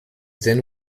then